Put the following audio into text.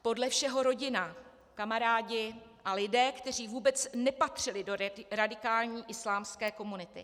Podle všeho rodina, kamarádi a lidé, kteří vůbec nepatřili do radikální islámské komunity.